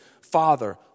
Father